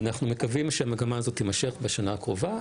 אנחנו מקווים שהמגמה הזאת תימשך בשנה הקרובה.